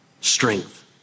strength